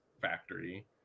factory